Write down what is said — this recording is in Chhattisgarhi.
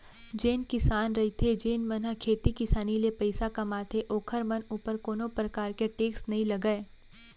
जेन किसान रहिथे जेन मन ह खेती किसानी ले पइसा कमाथे ओखर मन ऊपर कोनो परकार के टेक्स नई लगय